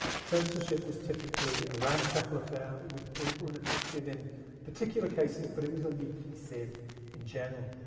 censorship was typically a ramshackle affair. it was brutal and effective in particular cases, but it was a leaky sieve in general.